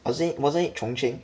wasn't it wasn't it chung cheng